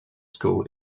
school